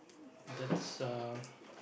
that's uh